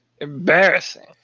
Embarrassing